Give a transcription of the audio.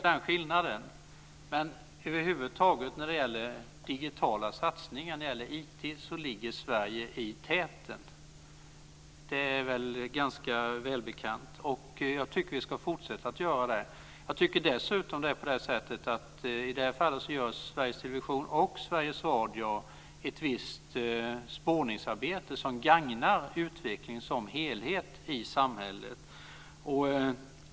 Herr talman! Jo, Lennart Kollmats, jag ser den skillnaden. Men när det gäller digitala satsningar och IT över huvud taget ligger Sverige i täten, det är väl ganska välbekant. Och jag tycker att vi ska fortsätta att göra det. Jag tycker dessutom att Sveriges Television och Sveriges Radio i det här fallet gör ett visst spåningsarbete som gagnar utvecklingen som helhet i samhället.